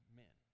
men